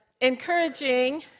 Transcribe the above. Encouraging